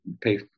pay